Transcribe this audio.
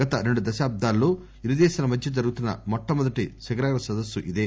గత రెండు దశాబ్దాల్లో ఇరుదేశాల మధ్య జరుగుతున్న మొట్టమొదటి శిఖరాగ్ర సదస్సు ఇదే